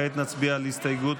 כעת נצביע על הסתייגות,